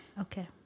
Okay